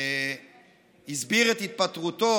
שהסביר את התפטרותו.